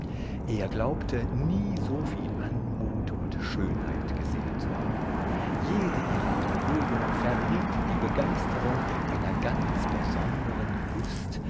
er glaubte nie so viel anmut und schönheit gesehen zu haben jede ihrer bewegungen verriet die begeisterung einer ganz besonderen lust